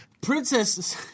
Princess